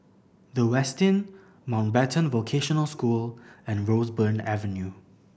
The Westin Mountbatten Vocational School and Roseburn Avenue